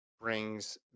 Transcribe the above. brings